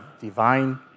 divine